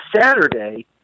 Saturday